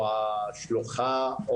השלוחה,